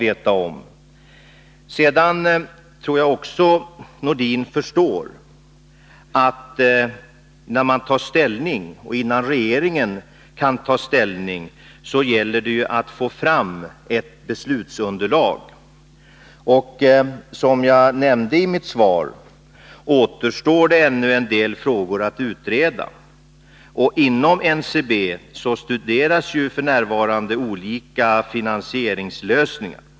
Jag tror också herr Nordin förstår att det gäller att få fram ett beslutsunderlag innan regeringen tar ställning. Som jag nämnde i mitt svar återstår det ännu att utreda en del frågor. Inom NCB studeras f. n. olika lösningar av finansieringsproblemet.